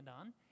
on